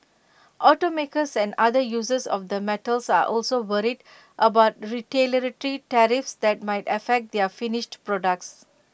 automakers and other users of the metals are also worried about retaliatory tariffs that might affect their finished products